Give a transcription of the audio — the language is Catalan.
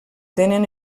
tenen